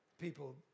people